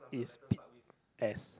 it's P_S